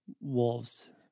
Wolves